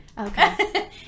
Okay